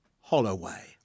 Holloway